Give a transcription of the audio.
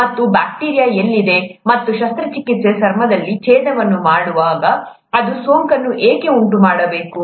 ಮತ್ತು ಈ ಬ್ಯಾಕ್ಟೀರಿಯಾ ಎಲ್ಲಿದೆ ಮತ್ತು ಶಸ್ತ್ರಚಿಕಿತ್ಸೆ ಚರ್ಮದಲ್ಲಿ ಛೇದನವನ್ನು ಮಾಡುವಾಗ ಅದು ಸೋಂಕನ್ನು ಏಕೆ ಉಂಟುಮಾಡಬೇಕು